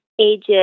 ages